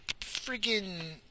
friggin